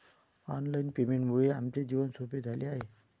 online पेमेंटमुळे आमचे जीवन सोपे झाले आहे